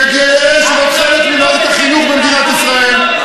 וגאה שזה חלק ממערכת החינוך במדינת ישראל.